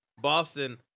Boston